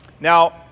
Now